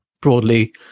broadly